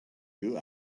you